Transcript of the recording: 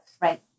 Right